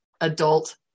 adult